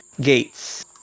gates